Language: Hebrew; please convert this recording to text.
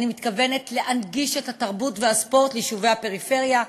אני מתכוונת להנגיש את התרבות והספורט ליישובי הפריפריה,